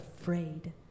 afraid